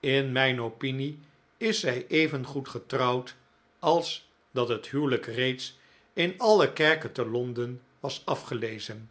in mijn opinie is zij evengoed getrouwd als dat het huwelijk reeds in alle kerken te londen was afgelezen